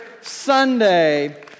Sunday